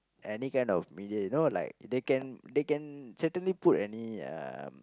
any kind of media you know like they can they can certainly put any um